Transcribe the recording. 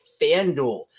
FanDuel